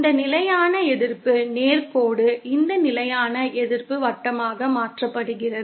இந்த நிலையான எதிர்ப்பு நேர் கோடு இந்த நிலையான எதிர்ப்பு வட்டமாக மாற்றப்படுகிறது